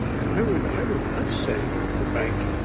i would i would not say that the bank